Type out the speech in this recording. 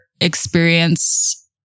experience